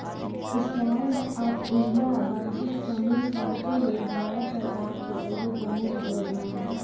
stand up India वंचित समूह सभके लेल भारत सरकार के एगो प्रमुख जोजना हइ